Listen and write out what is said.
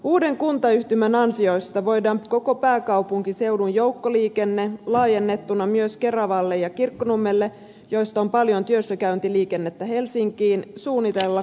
uuden kuntayhtymän ansioista voidaan koko pääkaupunkiseudun joukkoliikenne laajennettuna myös keravalle ja kirkkonummelle joista on paljon työssäkäyntiliikennettä helsinkiin suunnitella kokonaisuutena